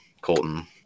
Colton